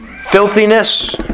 Filthiness